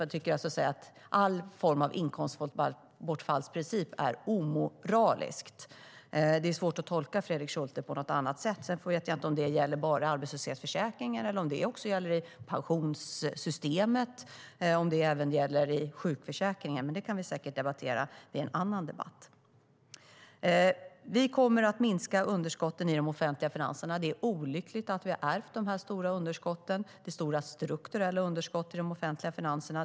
Han tycker att all form av inkomstbortfallsprincip är omoralisk. Det är svårt att tolka Fredrik Schulte på något annat sätt. Sedan vet jag inte om det bara gäller arbetslöshetsförsäkringen eller om det också gäller pensionssystemet och sjukförsäkringen. Men det kan vi säkert debattera i en annan debatt. Vi kommer att minska underskotten i de offentliga finanserna. Det är olyckligt att vi har ärvt de stora underskotten. Det är stora strukturella underskott i de offentliga finanserna.